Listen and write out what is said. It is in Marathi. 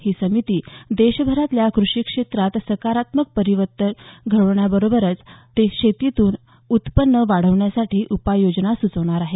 ही समिती देशभरातल्या कृषी क्षेत्रात सकारात्मक परिवर्तन घडवण्यासोबतच शेतीतून उत्पन्न वाढवण्यासाठी उपाययोजना सुचवणार आहे